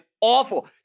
awful